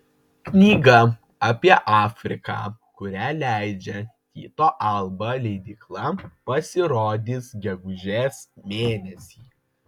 knyga apie afriką kurią leidžia tyto alba leidykla pasirodys gegužės mėnesį